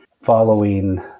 following